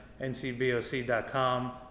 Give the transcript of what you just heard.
ncboc.com